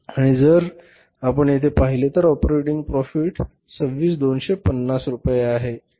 आणि जर आपण येथे पाहिले तर ऑपरेटिंग प्राॅफिट किती असेल तर हा 26250 रुपये आहे